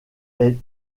est